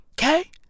Okay